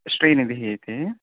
श्रीनिधिः इति